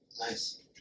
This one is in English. Nice